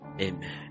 Amen